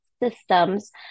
systems